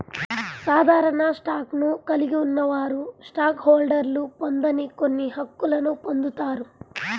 సాధారణ స్టాక్ను కలిగి ఉన్నవారు స్టాక్ హోల్డర్లు పొందని కొన్ని హక్కులను పొందుతారు